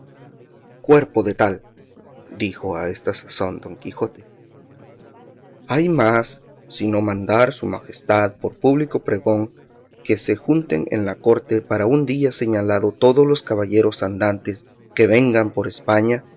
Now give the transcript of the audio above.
cuerpo de tal dijo a esta sazón don quijote hay más sino mandar su majestad por público pregón que se junten en la corte para un día señalado todos los caballeros andantes que vagan por españa